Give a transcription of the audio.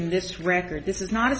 in this record this is not